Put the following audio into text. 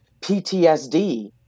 PTSD